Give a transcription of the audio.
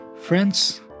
Friends